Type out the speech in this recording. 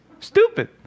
Stupid